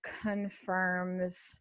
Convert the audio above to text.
confirms